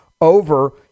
over